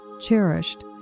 cherished